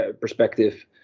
perspective